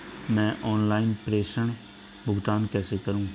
मैं ऑनलाइन प्रेषण भुगतान कैसे करूँ?